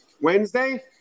Wednesday